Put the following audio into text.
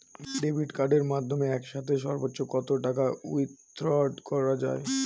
Debit কার্ডের মাধ্যমে একসাথে সর্ব্বোচ্চ কত টাকা উইথড্র করা য়ায়?